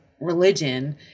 religion